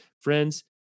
friends